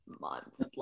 months